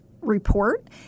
report